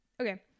okay